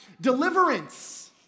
deliverance